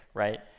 right?